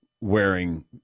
wearing